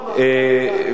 זה לא רמה, השר ארדן.